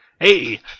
Hey